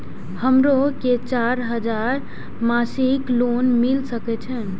हमरो के चार हजार मासिक लोन मिल सके छे?